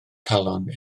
calon